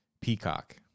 peacock